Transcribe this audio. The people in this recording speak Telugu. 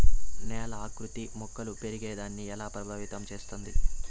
నేల ఆకృతి మొక్కలు పెరిగేదాన్ని ఎలా ప్రభావితం చేస్తుంది?